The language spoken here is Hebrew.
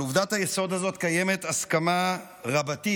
על עובדת היסוד הזאת קיימת הסכמה רבתי.